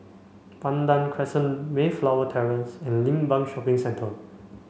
Pandan Crescent Mayflower Terrace and Limbang Shopping Centre